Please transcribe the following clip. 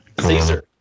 Caesar